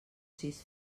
sis